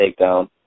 takedown